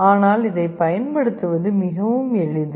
ஆனால் அதைப் பயன்படுத்துவது மிகவும் எளிது